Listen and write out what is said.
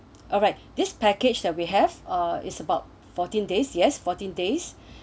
alright this package that we have uh is about fourteen days yes fourteen days